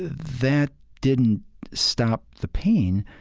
that didn't stop the pain,